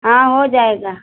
हाँ हो जाएगा